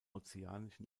ozeanischen